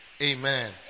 Amen